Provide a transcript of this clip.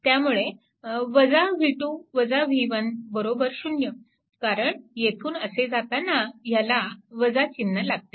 त्यामुळे v2 v1 0 कारण येथून असे जाताना ह्याला चिन्ह लागते